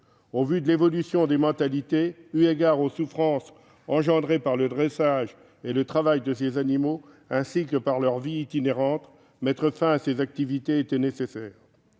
Au vu de l'évolution des mentalités, eu égard aux souffrances provoquées par le dressage et le travail de ces animaux, ainsi que par leur vie itinérante, il était nécessaire